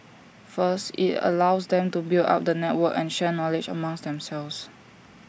first IT allows them to build up the network and share knowledge amongst themselves